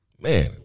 man